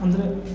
ಅಂದರೆ